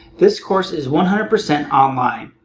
this course is one hundred percent online,